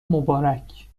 مبارک